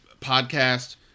podcast